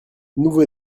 nouveau